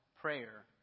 prayer